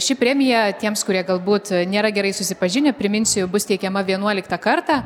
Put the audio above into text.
ši premija tiems kurie galbūt nėra gerai susipažinę priminsiu bus teikiama vienuoliktą kartą